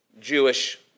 Jewish